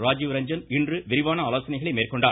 ராஜீவ் ரஞ்சன் இன்று விரிவான ஆலோசனைகளை மேற்கொண்டார்